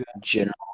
general